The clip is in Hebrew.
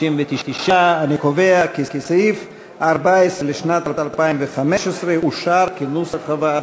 59. אני קובע כי סעיף 14 לשנת 2015 אושר כנוסח הוועדה.